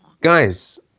Guys